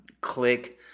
click